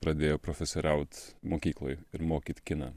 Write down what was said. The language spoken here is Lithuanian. pradėjo profesoriaut mokykloj ir mokyt kiną